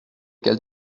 quelle